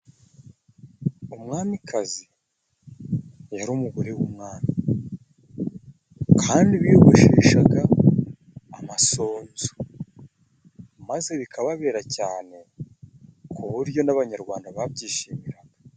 Umwamikazi yari umugore w'umwami; kandi biyogosheshaga amasunzu maze bikababera cane ku buryo n'abanyarwanda babyishimiraga.